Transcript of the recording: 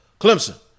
Clemson